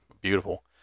beautiful